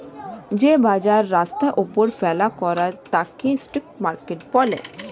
যে বাজার রাস্তার ওপরে ফেলে করা হয় তাকে স্ট্রিট মার্কেট বলে